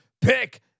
Pick